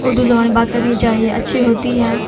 اردو زبان میں بات کرنی چاہیے اچھی ہوتی ہے